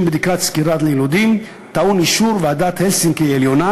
בדיקת סקירה ליילודים טעון אישור ועדת הלסינקי עליונה,